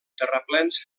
terraplens